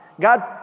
God